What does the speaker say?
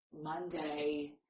monday